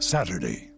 Saturday